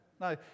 No